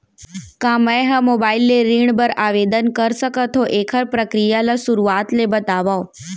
का मैं ह मोबाइल ले ऋण बर आवेदन कर सकथो, एखर प्रक्रिया ला शुरुआत ले बतावव?